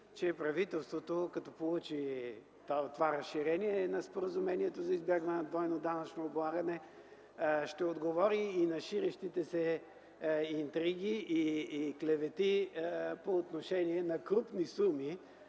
че правителството като получи това разширение на споразумението за избягване на двойното данъчно облагане ще отговори и на ширещите се интриги и клевети по отношение на крупни суми.